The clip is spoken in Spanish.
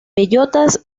bellotas